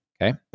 Okay